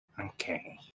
Okay